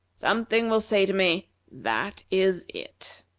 something will say to me that is it